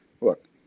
look